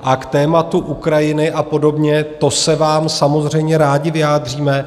A k tématu Ukrajiny a podobně, to se vám samozřejmě rádi vyjádříme.